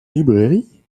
librairie